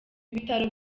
bitaro